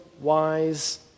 wise